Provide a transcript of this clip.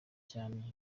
cyane